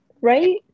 Right